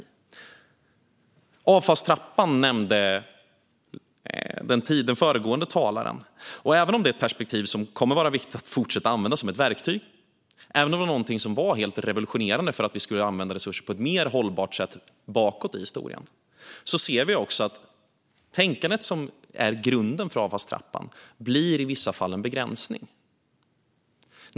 Den föregående talaren nämnde avfallstrappan. Även om det är ett perspektiv som det kommer att vara viktigt att fortsätta att använda som ett verktyg, och även om det var någonting som var helt revolutionerande för att vi skulle använda resurser på ett mer hållbart sätt bakåt i historien, ser vi också att tänkandet som är grunden för avfallstrappan i vissa fall blir en begränsning.